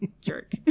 Jerk